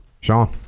Sean